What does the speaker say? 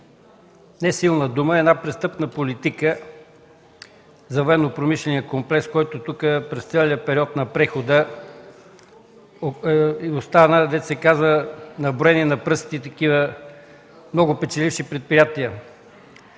не силна дума – една престъпна политика за военнопромишления комплекс, който тук през целия период на прехода остана с броени на пръсти много печеливши предприятия.